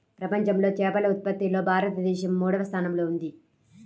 ప్రపంచంలో చేపల ఉత్పత్తిలో భారతదేశం మూడవ స్థానంలో ఉంది